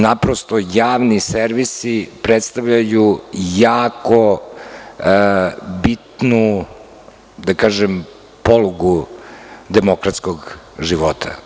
Naprosto, javni servisi predstavljaju jako bitnu polugu demokratskog života.